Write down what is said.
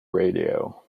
radio